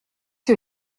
que